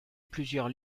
plusieurs